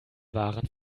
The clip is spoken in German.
waren